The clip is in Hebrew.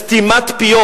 "סתימת פיות"